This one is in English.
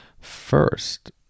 First